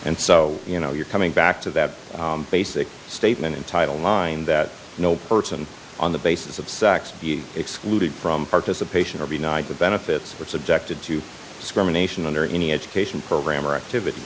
and so you know you're coming back to that basic statement in title mind that no person on the basis of sex be excluded from participation every night the benefits are subjected to discrimination under any education program or activity